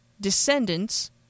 Descendants